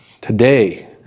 Today